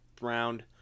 round